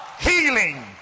healing